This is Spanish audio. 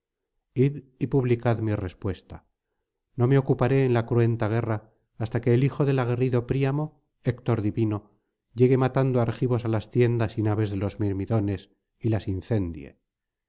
y publicad mi respuesta no me ocuparé en la cruenta guerra hasta que el hijo del aguerrido príamo héctor divino llegue matando argivos á las tiendas y naves de los mirmidones y las